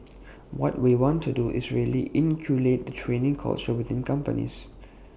what we want to do is really inculcate the training culture within companies